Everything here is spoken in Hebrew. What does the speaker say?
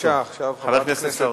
הכנסת צרצור,